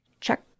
check